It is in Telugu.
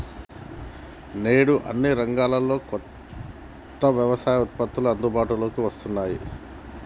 నేడు అన్ని రంగాల్లో కొత్త వ్యవస్తాపకతలు అందుబాటులోకి వస్తున్నాయి